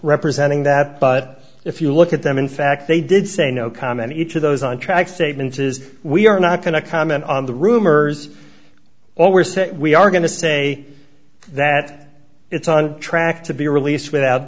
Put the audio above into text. representing that but if you look at them in fact they did say no comment each of those on track statement is we are not going to comment on the rumors all we're saying we are going to say that it's on track to be released without